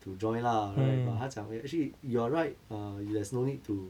to join lah right but 他讲 eh actually you're right err there's no need to